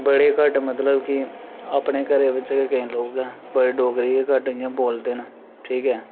बड़े घट्ट मतलब कि अपने घरै बिच गै केईं लोक गै बड़े घट्ठ इं'या बोलदे न ठीक ऐ